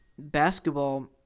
basketball